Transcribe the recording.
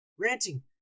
Ranting